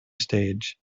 stage